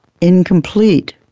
incomplete